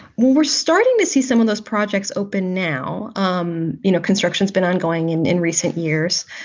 we're starting to see some of those projects open now. um you know, construction has been ongoing in in recent years,